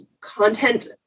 content